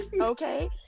okay